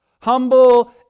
Humble